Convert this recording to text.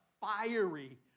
fiery